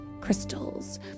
crystals